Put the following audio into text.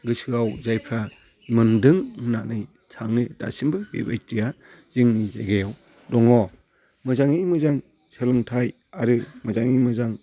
गोसोआव जायफ्रा मोनदों होननानै सानो दासिमबो बेबायदिया जोंनि जायगायाव दङ मोजाङै मोजां सोलोंथाइ आरो मोजाङै मोजां